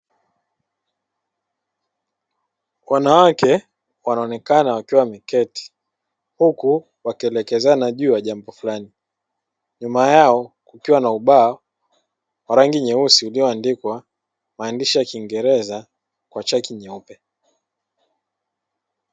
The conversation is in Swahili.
Wanawake wanaonekana wakiwa wameketi huku wakielekezana juu ya jambo fulani. Nyuma yao kukiwa na ubao wa rangi nyeusi ulioandikwa maandishi ya kiingereza kwa chaki nyeupe.